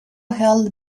held